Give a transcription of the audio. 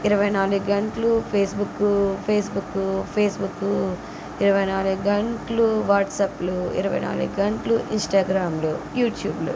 ఇరవైనాలుగు గంటలూ Facebook Facebook Facebook ఇరవైనాలుగు గంటలూ వాట్సప్లు ఇరవైనాలుగు గంటలూ ఇన్స్టాగ్రామ్లు యూట్యూబులు